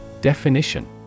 Definition